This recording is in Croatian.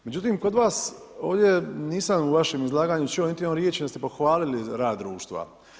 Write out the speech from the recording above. Međutim, kod vas, ovdje nisam u vašem izlaganju čuo niti jednu riječ da ste pohvalili rad društva.